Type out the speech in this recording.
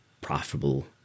profitable